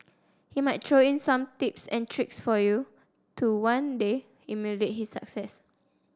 he might throw in some tips and tricks for you to one day emulate his success